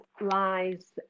lies